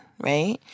Right